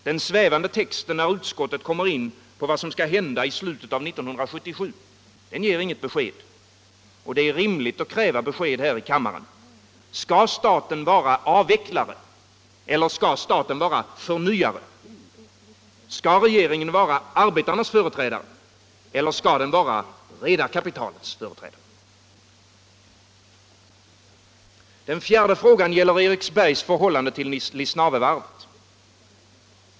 Den svävande texten när utskottet kommer in på vad som skall hända i slutet av 1977 ger inget besked. Det är rimligt att kräva besked här i kammaren: Skall staten vara avvecklare eller skall staten vara förnyare? Skall regeringen vara arbetarnas företrädare eller skall den vara redarkapitalets? Den fjärde frågan gäller Eriksbergs förhållande till Lisnavevarvet.